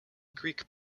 greek